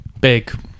Big